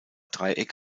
dreieck